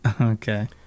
Okay